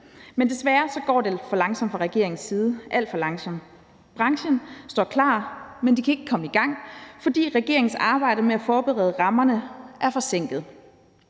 Men desværre går det for langsomt fra regeringens side, alt for langsomt. Branchen står klar, men de kan ikke komme i gang, fordi regeringens arbejde med at forberede rammerne er forsinket.